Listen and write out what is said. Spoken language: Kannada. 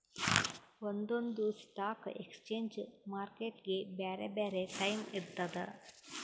ಒಂದೊಂದ್ ಸ್ಟಾಕ್ ಎಕ್ಸ್ಚೇಂಜ್ ಮಾರ್ಕೆಟ್ಗ್ ಬ್ಯಾರೆ ಬ್ಯಾರೆ ಟೈಮ್ ಇರ್ತದ್